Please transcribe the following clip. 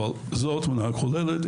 אבל זו התמונה הכוללת.